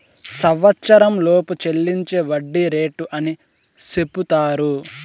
సంవచ్చరంలోపు చెల్లించే వడ్డీ రేటు అని సెపుతారు